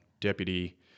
Deputy